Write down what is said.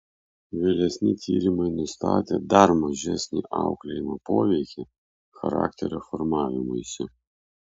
vėlesni tyrimai nustatė dar mažesnį auklėjimo poveikį charakterio formavimuisi